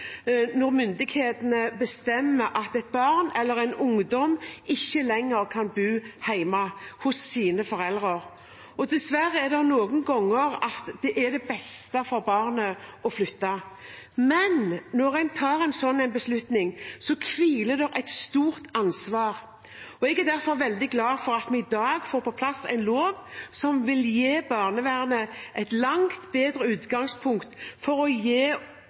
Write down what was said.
når myndighetene bestemmer at et barn eller en ungdom ikke lenger kan bo hjemme hos sine foreldre, og dessverre er det noen ganger at det er det beste for barnet å flytte. Men når en tar en slik beslutning, påhviler det et stort ansvar. Jeg er derfor veldig glad for at vi i dag får på plass en lov som vil gi barnevernet et langt bedre utgangspunkt for å gi